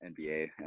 nba